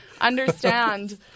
understand